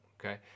Okay